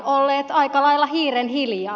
olleet aika lailla hiirenhiljaa